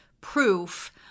proof